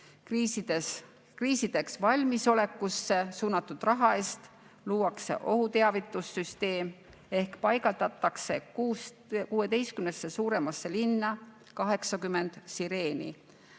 Kriisideks valmisolekusse suunatud raha eest luuakse ohuteavitussüsteem ehk paigaldatakse 16 suuremasse linna 80 sireeni,